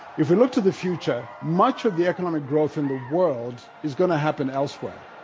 if we look to the future much of the economic growth in the world is going to happen elsewhere.